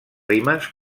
rimes